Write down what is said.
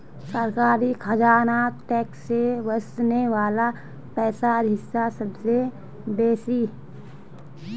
सरकारी खजानात टैक्स से वस्ने वला पैसार हिस्सा सबसे बेसि